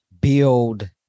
build